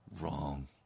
Wrong